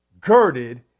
girded